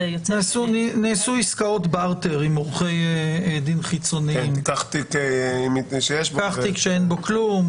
נעשו עסקאות ברטר עם עורכי דין חיצוניים כמו קח תיק שאין בו כלום,